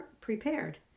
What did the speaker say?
prepared